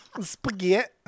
Spaghetti